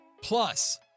Plus